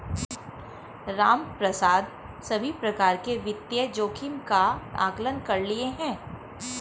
रामप्रसाद सभी प्रकार के वित्तीय जोखिम का आंकलन कर लिए है